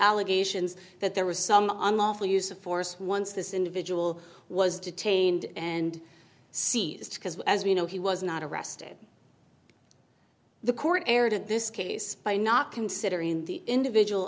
allegations that there was some unlawful use of force once this individual was detained and seized because as we know he was not arrested the court erred in this case by not considering the individual